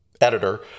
editor